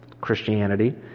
Christianity